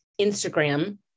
Instagram